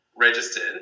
registered